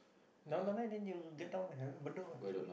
Downtown Line then you get down Bedok ah